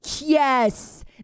Yes